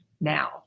Now